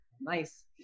nice